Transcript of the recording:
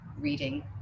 reading